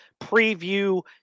preview